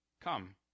Come